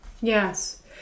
Yes